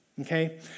Okay